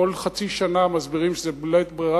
בכל חצי שנה מסבירים שזה בלית ברירה,